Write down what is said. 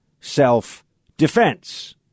self-defense